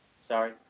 Sorry